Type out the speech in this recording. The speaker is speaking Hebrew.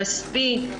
כספי,